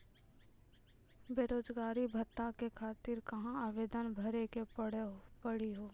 बेरोजगारी भत्ता के खातिर कहां आवेदन भरे के पड़ी हो?